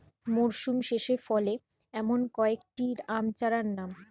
মরশুম শেষে ফলে এমন কয়েক টি আম চারার নাম?